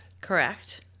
correct